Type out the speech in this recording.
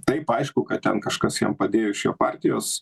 taip aišku kad ten kažkas jam padėjo iš jo partijos